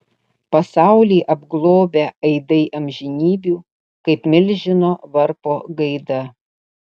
pasaulį apglobę aidai amžinybių kaip milžino varpo gaida